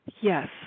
Yes